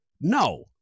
no